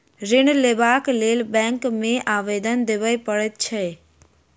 ऋण लेबाक लेल बैंक मे आवेदन देबय पड़ैत छै